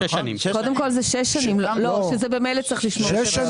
קודם כל זה שש שנים שזה ממילא צריך לשמור.